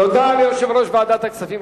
תודה ליושב-ראש ועדת הכספים.